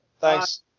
thanks